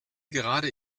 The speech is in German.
gerade